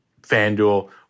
FanDuel